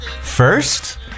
First